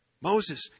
Moses